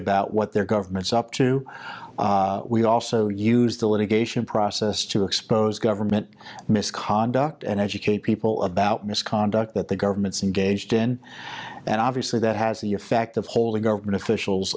about what their government is up to we also use the litigation process to expose government misconduct and educate people about misconduct that the government's engaged in and obviously that has the effect of holding government officials